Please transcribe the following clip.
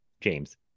James